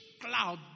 cloud